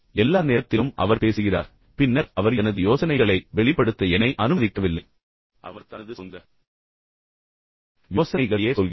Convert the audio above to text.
எல்லா நேரத்திலும் அவர் பேசுகிறார் பின்னர் அவர் எனது யோசனைகளை வெளிப்படுத்த என்னை அனுமதிக்கவில்லை அவர் தனது சொந்த யோசனைகளையே சொல்லிக்கொண்டிருக்கிறார்